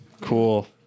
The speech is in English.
Cool